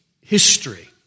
history